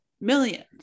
Millions